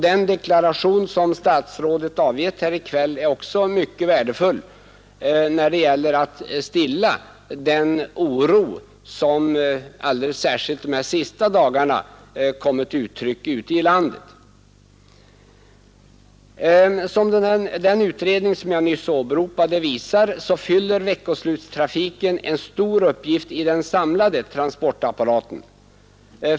Den deklaration som statsrådet avgett här i kväll är också myckei värdefull när det gäller att stilla den oro som alldeles särskilt de senaste dagarna kommit till uttryck ute i landet. Som den utredning jag nyss åberopade visar så fyller veckoslutstrafiken en stor uppgift i den samlade transportapparaten.